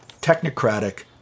technocratic